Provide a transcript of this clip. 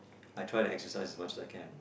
I try to exercise as much as I can